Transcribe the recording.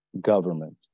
government